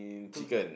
to